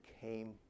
came